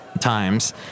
times